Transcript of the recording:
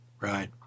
Right